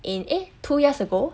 in eh two years ago